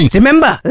Remember